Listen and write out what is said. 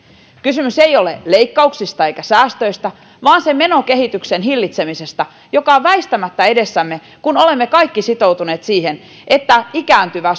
kysymys ei ole leikkauksista eikä säästöistä vaan sen menokehityksen hillitsemisestä joka on väistämättä edessämme kun olemme kaikki sitoutuneet siihen että ikääntyvä